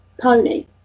pony